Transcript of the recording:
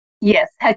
Yes